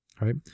right